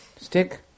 stick